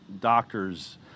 doctors